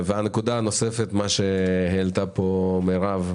הנקודה הנוספת, מה שהעלתה פה מרב.